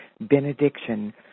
benediction